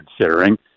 considering